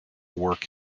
work